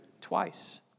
twice